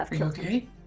okay